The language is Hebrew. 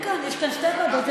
יש כאן שתי ועדות.